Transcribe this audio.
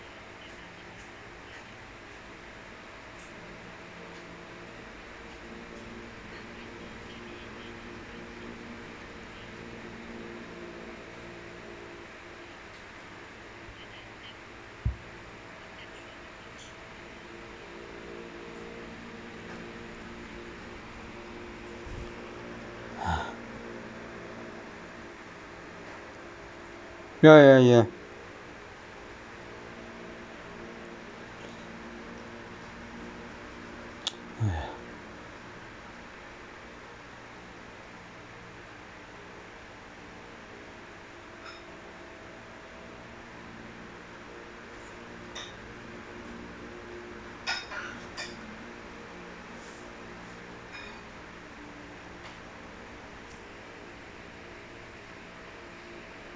ya ya ya !aiya!